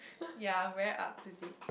ya very up to date